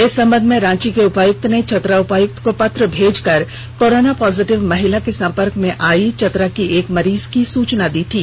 इस संबंध में रांची के उपायुक्त ने चतरा उपायुक्त को पत्र भेजकर कोरोना पॉजिटिव महिला के संपर्क में आई चतरा की एक मरीज की सूचना दी थी